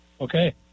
Okay